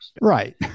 Right